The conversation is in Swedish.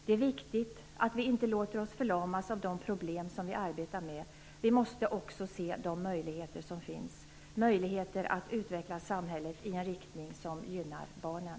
Det är viktigt att vi inte låter oss förlamas av de problem som vi arbetar med. Vi måste också se de möjligheter som finns - möjligheter att utveckla samhället i en riktning som gynnar barnen.